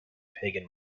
pagan